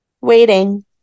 Waiting